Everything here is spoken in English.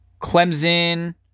Clemson